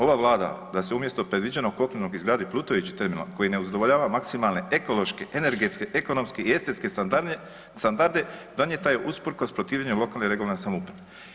Ova Vlada da se umjesto predviđenog kopnenog izradi plutajući terminal, koji ne zadovoljava maksimalne ekološke, energetske, ekonomske i estetske standarde, donijeta je usprkos protivljenju lokalne i regionalne samouprave.